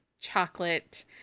chocolate